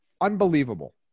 unbelievable